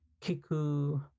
Kiku